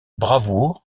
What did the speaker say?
bravoure